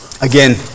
Again